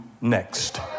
next